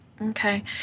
Okay